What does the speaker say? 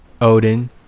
Odin